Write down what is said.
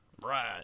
right